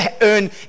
earn